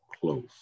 close